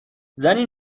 زنی